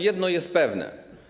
Jedno jest pewne.